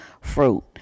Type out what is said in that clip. fruit